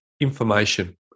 information